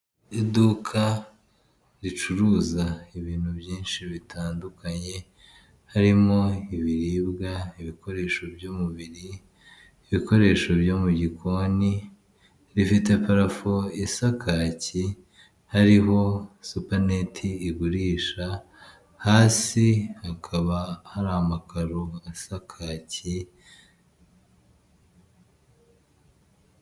Iduka ricuruza ibintu byinshi bitandukanye harimo ibiribwa, ibikoresho by'umubiri, ibikoresho byo mu gikoni. Rifite parafo isa kaki hariho supaneti igurisha, hasi hakaba hari amakaro asa kaki.